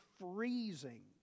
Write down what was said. freezing